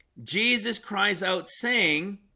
jesus cries out saying